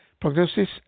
Prognosis